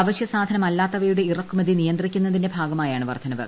അവശ്യസാധനമല്ലാത്തവയുടെ ഇറക്കുമതി നിയന്ത്രിക്കുന്നതിന്റെ ഭാഗമായാണ് വർദ്ധനവ്